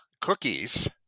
cookies